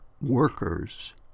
workers